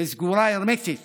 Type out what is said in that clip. וסגורה הרמטית